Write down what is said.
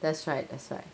that's right that's right